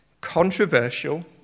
controversial